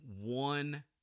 one